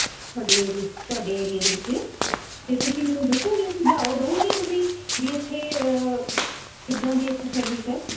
ਤੁਹਾਡੇ ਏਰੀਏ ਤੁਹਾਡੇ ਏਰੀਏ ਦੇ ਵਿੱਚ ਅਤੇ ਤੁਸੀਂ ਮੈਨੂੰ ਦੱਸੋਂਗੇ ਸੁਝਾਓ ਦਿਉਂਗੇ ਤੁਸੀਂ ਵੀ ਇੱਥੇ ਕਿੱਦਾਂ ਦੀ ਇੱਥੇ ਸਰਵਿਸ ਹੈ